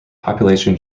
population